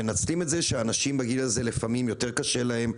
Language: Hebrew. מנצלים את זה שאנשים בגיל הזה לפעמים יותר קשה להם.